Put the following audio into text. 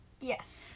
Yes